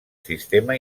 sistema